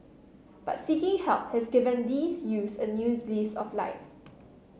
but seeking help has given these youths a new lease of life